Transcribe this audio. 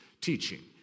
teaching